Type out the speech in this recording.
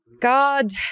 God